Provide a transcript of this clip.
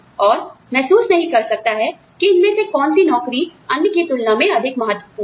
और महसूस नहीं कर सकता है कि इनमें से कौन सी नौकरी अन्य की तुलना में अधिक महत्वपूर्ण है